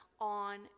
on